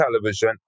television